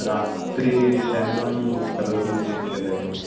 रात्रिशयनं कर्तुं न शक्यते अहम्